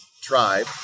tribe